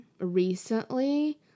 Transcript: recently